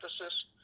emphasis